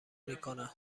میکنن